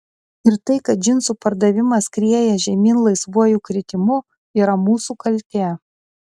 ir tai kad džinsų pardavimas skrieja žemyn laisvuoju kritimu yra mūsų kaltė